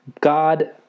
God